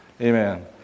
Amen